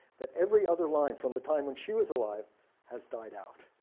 that every other line, from the time when she was alive has died out,